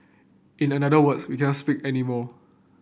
in another words we can't speak anymore